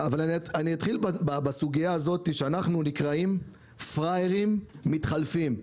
אתחיל בזה שאנחנו נקראים פראיירים מתחלפים.